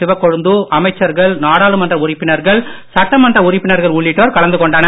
சிவக்கொழுந்து அமைச்சர்கள் நாடாளுமன்ற உறுப்பினர்கள் சட்டமன்ற உறுப்பினர்கள் ஆகியோரும் கலந்து கொண்டனர்